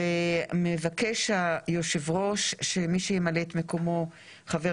מבקש היושב ראש שמי שימלא את מקומו הוא חבר